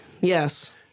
Yes